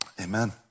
amen